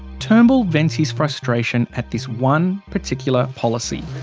turnbull vents his frustration at this one particular policy.